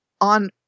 on